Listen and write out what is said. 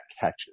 catches